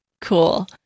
Cool